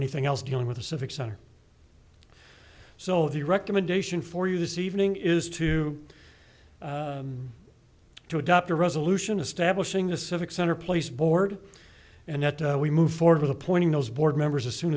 anything else dealing with the civic center so the recommendation for you this evening is to to adopt a resolution establishing a civic center place board and that we move forward with appointing those board members as soon